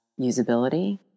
usability